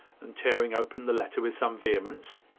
and tearing open the letter with some vehemence